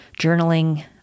journaling